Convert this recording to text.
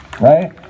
Right